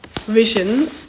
vision